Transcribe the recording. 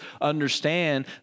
understand